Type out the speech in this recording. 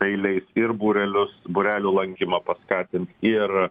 tai leis ir būrelius būrelių lankymą paskatins ir